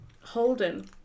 Holden